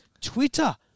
Twitter